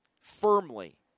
firmly